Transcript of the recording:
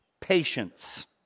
patience